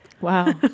wow